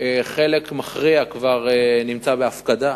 חלק מכריע כבר נמצא בהפקדה.